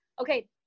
okay